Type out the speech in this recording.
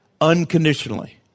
unconditionally